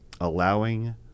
allowing